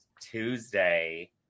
Tuesday